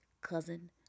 cousin